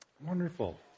Wonderful